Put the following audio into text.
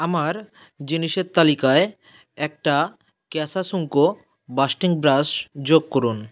আমার জিনিসের তালিকায় একটা ক্যাসাসুঙ্কো বাস্টিং ব্রাশ যোগ করুন